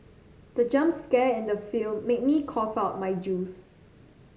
the jump scare in the film made me cough out my juice